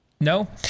No